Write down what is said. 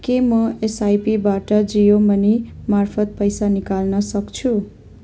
के म एसआइपीबाट जियो मनी मार्फत पैसा निकाल्न सक्छु